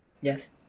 Yes